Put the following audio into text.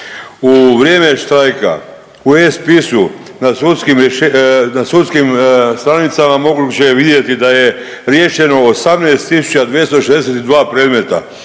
sudskim rješe…, na sudskim stranicama moguće je vidjeti da je riješeno 18.262 predmeta